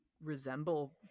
resemble